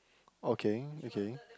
okay okay